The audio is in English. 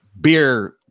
beer